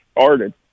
started